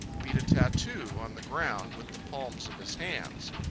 beat a tattoo on the ground with the palms of his hands.